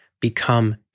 become